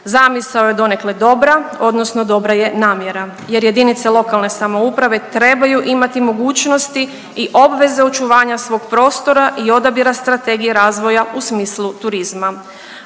Zamisao je donekle dobra odnosno dobra je namjera jer JLS trebaju imati mogućnosti i obveze očuvanja svog prostora i odabira strategije razvoja u smislu turizma,